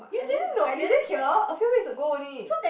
you didn't know you didn't hear a few weeks ago only